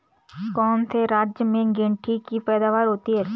कौन से राज्य में गेंठी की पैदावार होती है?